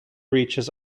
reaches